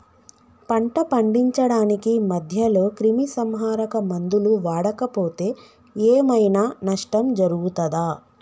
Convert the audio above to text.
పంట పండించడానికి మధ్యలో క్రిమిసంహరక మందులు వాడకపోతే ఏం ఐనా నష్టం జరుగుతదా?